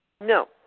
No